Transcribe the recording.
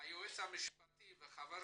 היועץ המשפטי וחבר